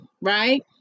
right